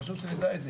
חשוב שנדע את זה,